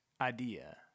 idea